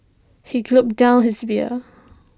he down his beer